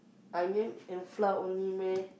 onion and flour only meh